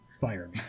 fire